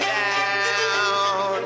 down